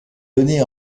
donnée